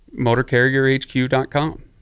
MotorCarrierHQ.com